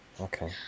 Okay